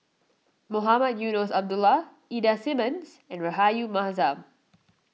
Mohamed Eunos Abdullah Ida Simmons and Rahayu Mahzam